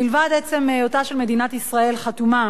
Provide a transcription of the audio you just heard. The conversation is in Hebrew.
מלבד עצם היותה של מדינת ישראל חתומה